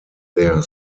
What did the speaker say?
their